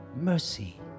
mercy